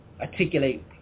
articulate